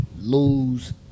lose